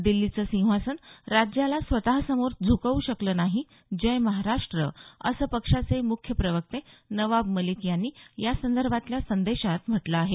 दिल्लीचं सिंहासन राज्याला स्वतःसमोर झुकवू शकलं नाही जयमहाराष्ट्र असं पक्षाचे मुख्य प्रवक्ते नवाब मलिक यांनी या संदर्भातील संदेशात म्हटलं आहे